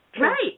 Right